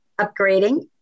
upgrading